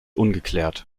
ungeklärt